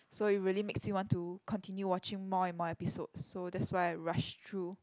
so it really makes you want to continue watching more and more episodes so that's why I rush through